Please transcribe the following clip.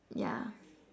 yeah